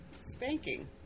Spanking